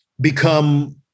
become